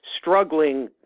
struggling